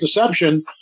deception